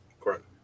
correct